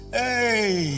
hey